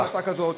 לא יעזור, כזאת.